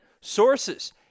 sources